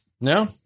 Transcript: No